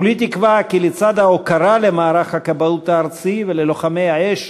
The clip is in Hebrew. כולי תקווה כי לצד ההוקרה למערך הכבאות הארצי וללוחמי האש,